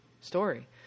story